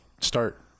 start